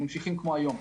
ממשיכים כמו היום,